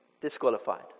Disqualified